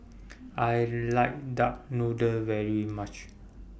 I like Duck Noodle very much